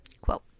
Quote